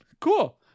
Cool